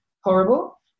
horrible